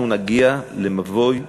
אנחנו נגיע למבוי סתום.